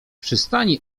przystani